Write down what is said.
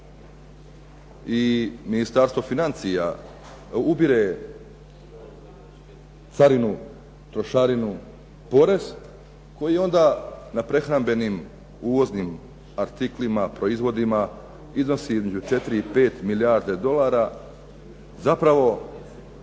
i Ministarstvo financija ubire carinu, trošarinu, porez, koji onda na prehrambenih uvoznim artiklima, proizvodima iznosi između 4 i 5 milijardi dolara, zapravo